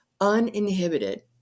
uninhibited